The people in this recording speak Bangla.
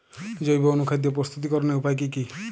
জৈব অনুখাদ্য প্রস্তুতিকরনের উপায় কী কী?